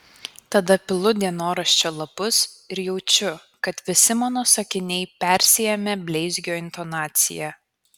tada pilu dienoraščio lapus ir jaučiu kad visi mano sakiniai persiėmę bleizgio intonacija